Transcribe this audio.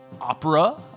Opera